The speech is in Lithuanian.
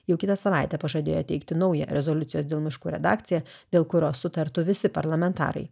jau kitą savaitę pažadėjo teikti naują rezoliucijos dėl miškų redakciją dėl kurios sutartų visi parlamentarai